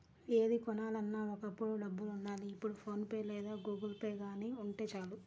ఏది కొనాలన్నా ఒకప్పుడు డబ్బులుండాలి ఇప్పుడు ఫోన్ పే లేదా గుగుల్పే గానీ ఉంటే చాలు